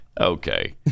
Okay